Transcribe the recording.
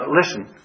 listen